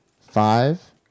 five